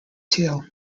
tail